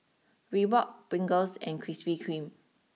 Reebok Pringles and Krispy Kreme